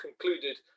concluded